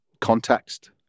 context